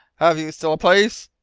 have you still a place?